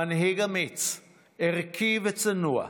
מנהיג אמיץ, ערכי וצנוע,